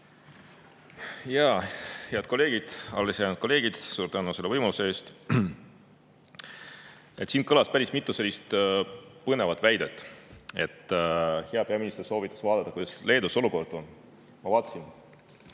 Head kolleegid, allesjäänud kolleegid! Suur tänu selle võimaluse eest! Siin kõlas päris mitu põnevat väidet. Hea peaminister soovitas vaadata, kuidas Leedus olukord on. Ma vaatasin,